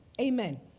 amen